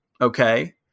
Okay